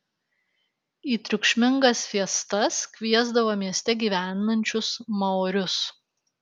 į triukšmingas fiestas kviesdavo mieste gyvenančius maorius